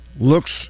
looks